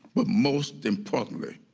but most importantly,